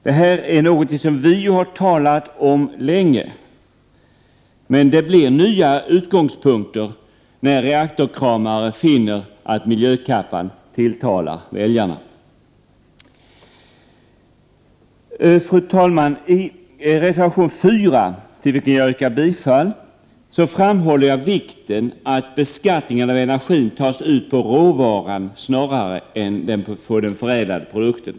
Det är någonting som vi har talat om länge, men det blir nya utgångspunkter när reaktorkramare finner att miljökappan tilltalar väljarna! Fru talman! I reservation 4, till vilken jag yrkar bifall, framhåller jag vikten av att beskattningen av energin tas ut på råvaran snarare än på den förädlade produkten.